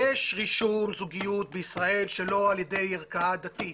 יש רישום זוגיות בישראל שלא על ידי ערכאה דתית,